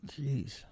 Jeez